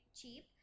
cheap